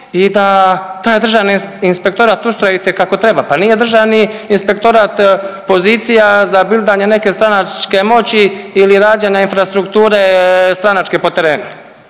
i da taj državni inspektorat ustrojite kako treba, pa nije državni inspektorat pozicija za bildanje neke stranačke moći ili …/Govornik se ne razumije/… infrastrukture stranačke po terenu,